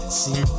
see